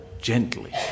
gently